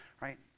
right